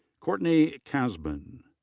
courtney casbon.